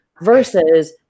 Versus